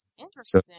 Interesting